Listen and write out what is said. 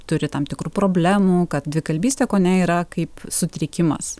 turi tam tikrų problemų kad dvikalbystė kone yra kaip sutrikimas